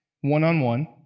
one-on-one